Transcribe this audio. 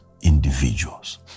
individuals